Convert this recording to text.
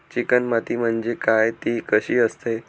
Chicken माती म्हणजे काय? ति कशी असते?